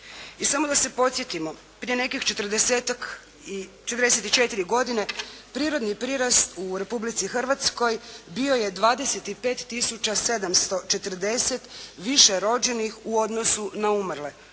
četrdeset i četiri godine prirodni prirast u Republici Hrvatskoj bio je 25 tisuća 740 više rođenih u odnosu na umrle